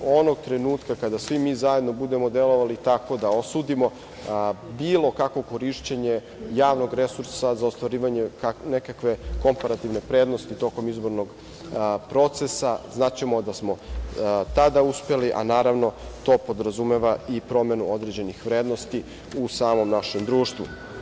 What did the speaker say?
Onog trenutka kada svi mi zajedno budemo delovali tako da osudimo bilo kakvo korišćenje javnog resursa za ostvarivanje nekakve komparativne prednosti tokom izbornog procesa znaćemo da smo tada uspeli, a naravno to podrazumeva i promenu određenih vrednosti u samom našem društvu.